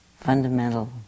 fundamental